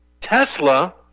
Tesla